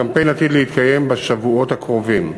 הקמפיין עתיד להתקיים בשבועות הקרובים.